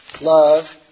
Love